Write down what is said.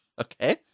Okay